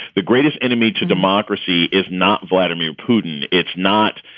the greatest enemy to democracy is not vladimir putin. it's not,